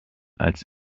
als